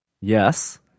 yes